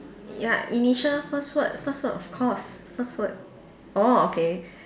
ya initial first word first word of course first word orh okay